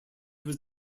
was